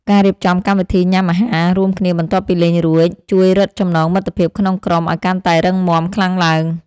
ការរៀបចំកម្មវិធីញ៉ាំអាហាររួមគ្នាបន្ទាប់ពីលេងរួច ជួយរឹតចំណងមិត្តភាពក្នុងក្រុមឱ្យកាន់តែរឹងមាំខ្លាំងឡើង។